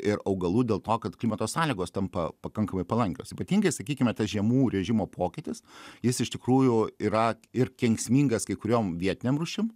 ir augalų dėl to kad klimato sąlygos tampa pakankamai palankios ypatingai sakykime tas žiemų režimo pokytis jis iš tikrųjų yra ir kenksmingas kai kuriom vietinėm rūšim